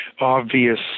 obvious